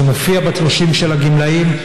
זה מופיע בתלושים של הגמלאים.